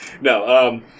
No